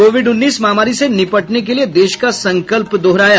Covid उन्नीस महामारी से निपटने के लिए देश का संकल्प दोहराया